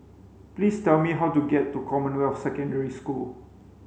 please tell me how to get to Commonwealth Secondary School